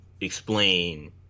explain